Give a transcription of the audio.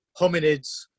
hominids